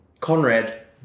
Conrad